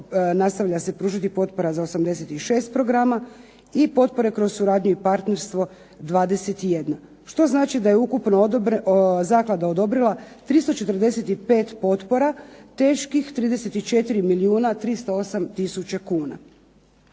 nastavlja se pružati potpora za 86 programa i potpore kroz suradnju i partnerstvo 21, što znači da je ukupno zaklada odobrila 345 potpora teških 34 milijuna 308 tisuća kuna.